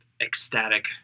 ecstatic